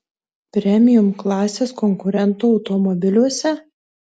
premium klasės konkurentų automobiliuose